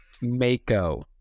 Mako